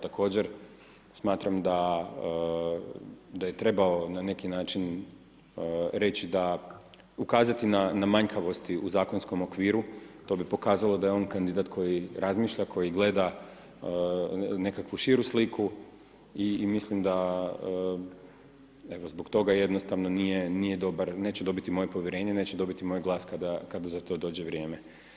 Također, smatram da je trebao na neki način reći da, ukazati na manjkavosti u zakonskom okviru, to bi pokazalo da je on kandidat koji razmišlja, koji gleda nekakvu širu sliku i mislim da evo zbog toga jednostavno nije dobar, neće dobiti moje povjerenje, neće dobiti moj glas kada za to dođe vrijeme.